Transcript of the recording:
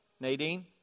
Nadine